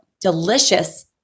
delicious